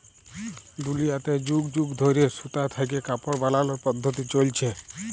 দুলিয়াতে যুগ যুগ ধইরে সুতা থ্যাইকে কাপড় বালালর পদ্ধতি চইলছে